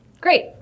Great